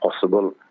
possible